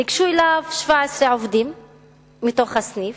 ניגשו אליו 17 עובדים מתוך הסניף,